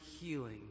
healing